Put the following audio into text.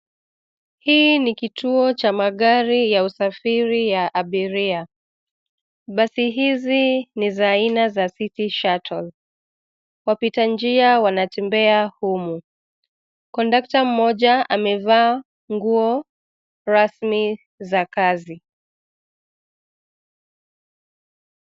Hii ni kituo cha magari ya usafiri ya abiria, basi hizi ni za aina ya City Shuttle. Wapitanjia wanatembea humu. Kondakta mmoja amevaa nguo rasmi za kazi.